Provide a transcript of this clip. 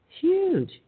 Huge